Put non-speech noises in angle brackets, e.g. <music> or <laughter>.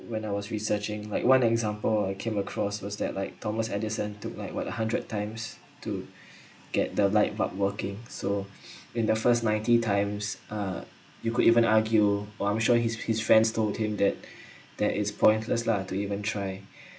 when I was researching like one example I came across was that like thomas edison took like what a hundred times to <breath> get the light bulb working so <breath> in the first ninety times uh you could even argue or I'm sure his his friends told him that <breath> that it's pointless lah to even try